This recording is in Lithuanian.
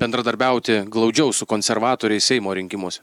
bendradarbiauti glaudžiau su konservatoriais seimo rinkimuose